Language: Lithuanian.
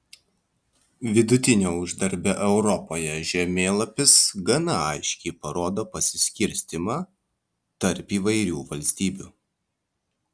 vidutinio uždarbio europoje žemėlapis gana aiškiai parodo pasiskirstymą tarp įvairių valstybių